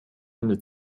ende